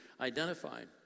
identified